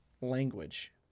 language